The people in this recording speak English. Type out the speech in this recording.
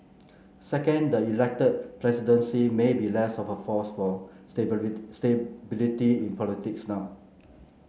second the elected presidency may be less of a force for stability in politics now